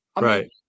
Right